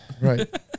Right